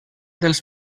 dels